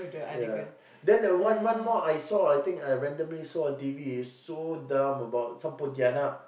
yeah then the wife one more I saw I think I randomly saw is so dumb about some pontianak